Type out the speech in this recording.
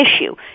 issue